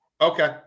Okay